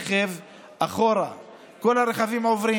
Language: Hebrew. רבע שעה דיון, עוד פעם, על אותם חרדים.